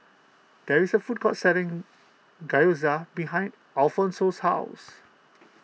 there is a food court selling Gyoza behind Alfonso's house